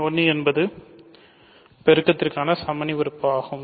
1 என்பது பெருக்கத்திற்கான சமணி உறுப்பு ஆகும்